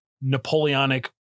Napoleonic